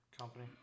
company